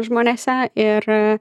žmonėse ir